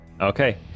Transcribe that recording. Okay